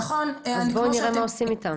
נכון כמו שאתם -- אז בואי נראה מה עושים איתם.